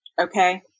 Okay